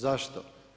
Zašto?